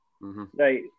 Right